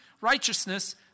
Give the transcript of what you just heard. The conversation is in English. righteousness